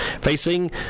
Facing